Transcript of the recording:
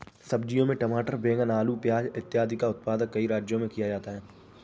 सब्जियों में टमाटर, बैंगन, आलू, प्याज इत्यादि का उत्पादन कई राज्यों में किया जाता है